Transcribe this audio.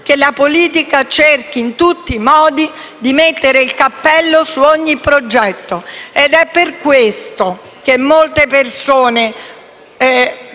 che la politica cerchi in tutti i modi di mettere il cappello su ogni progetto. È per questo che molte persone